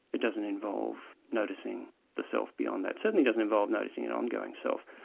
it doesn't involve noticing the self beyond that, certainly doesn't involve noticing and ongoing self,